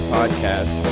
Podcast